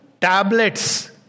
tablets